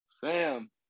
Sam